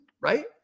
right